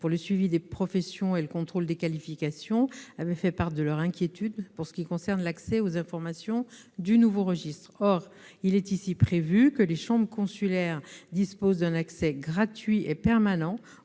pour le suivi des professions et le contrôle des qualifications avaient fait part de leur inquiétude pour ce qui concerne l'accès aux informations du nouveau registre. Or il est ici prévu que les chambres consulaires disposent d'un accès gratuit et permanent